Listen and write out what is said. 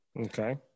Okay